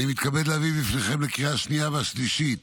אני מתכבד להביא בפניכם לקריאה השנייה והשלישית